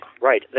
Right